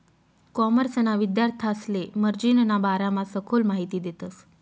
कॉमर्सना विद्यार्थांसले मार्जिनना बारामा सखोल माहिती देतस